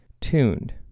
tuned